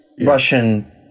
Russian